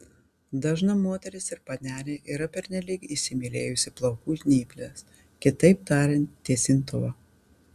dažna moteris ar panelė yra pernelyg įsimylėjusi plaukų žnyples kitaip tariant tiesintuvą